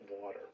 water